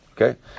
Okay